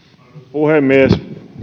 puhemies